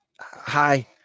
Hi